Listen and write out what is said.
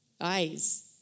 Eyes